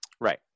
Right